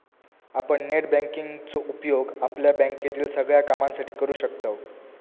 आपण net banking चो उपयोग आपल्या बँकेतील सगळ्या कामांसाठी करू शकतव